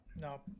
no